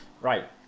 Right